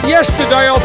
Yesterday